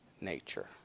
nature